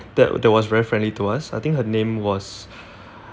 that that was very friendly to us I think her name was